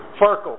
Farkle